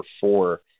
four